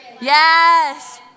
Yes